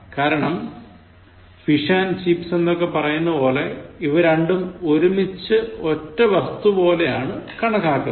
കാരണം fish and chips എന്നൊക്കെ പറയുന്നതുപോലെ അവ രണ്ടും ഒരുമിച്ച് ഒറ്റ വസ്തു പോലെ ആണ് കണക്കാക്കുന്നത്